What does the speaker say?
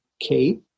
Kate